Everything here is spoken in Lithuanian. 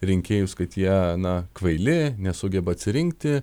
rinkėjus kad jie na kvaili nesugeba atsirinkti